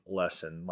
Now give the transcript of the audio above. lesson